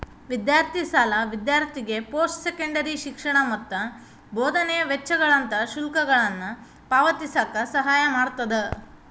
ವಿದ್ಯಾರ್ಥಿ ಸಾಲ ವಿದ್ಯಾರ್ಥಿಗೆ ಪೋಸ್ಟ್ ಸೆಕೆಂಡರಿ ಶಿಕ್ಷಣ ಮತ್ತ ಬೋಧನೆ ವೆಚ್ಚಗಳಂತ ಶುಲ್ಕಗಳನ್ನ ಪಾವತಿಸಕ ಸಹಾಯ ಮಾಡ್ತದ